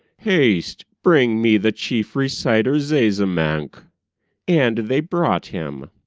haste, bring me the chief reciter zazamankh and they brought him.